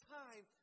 time